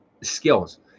skills